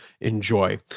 enjoy